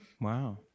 Wow